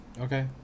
okay